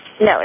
No